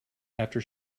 after